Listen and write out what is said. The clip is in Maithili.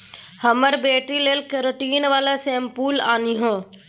हमर बेटी लेल केरेटिन बला शैंम्पुल आनिहे